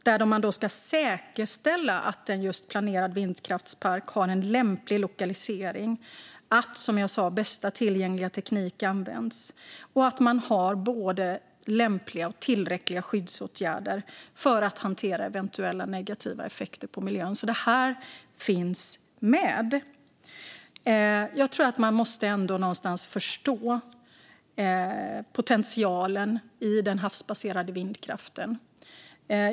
Där ska säkerställas att en planerad vindkraftspark har en lämplig lokalisering, att bästa tillgängliga teknik används, som jag sa, och att man har både lämpliga och tillräckliga skyddsåtgärder för att hantera eventuella negativa effekter på miljön. Så detta finns med. Jag tror att man någonstans ändå måste förstå potentialen i den havsbaserade vindkraften.